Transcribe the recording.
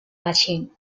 machine